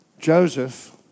Joseph